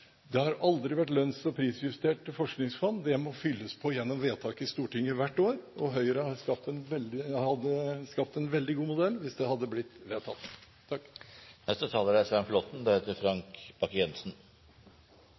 Det har aldri vært lønns- og prisjusterte forskningsfond. Det må fylles på gjennom vedtak i Stortinget hvert år, og Høyre hadde skapt en veldig god modell hvis den hadde blitt vedtatt. Representanten Arne Haugen spurte i forbindelse med markedsregulatorrollen hvilken ordning Høyre tenker på. Det er